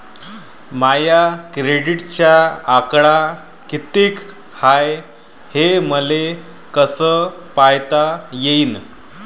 माया क्रेडिटचा आकडा कितीक हाय हे मले कस पायता येईन?